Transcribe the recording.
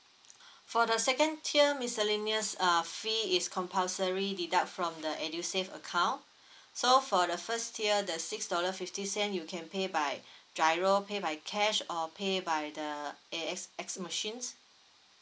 for the second tier miscellaneous err fee is compulsory deduct from the edusave account so for the first year the six dollar fifty cent you can pay by giro pay by cash or pay by the A_X_S machines